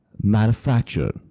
manufactured